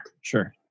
Sure